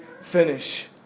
finish